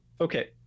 Okay